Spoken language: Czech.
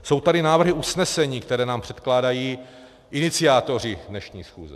Jsou tady návrhy usnesení, které nám předkládají iniciátoři dnešní schůze.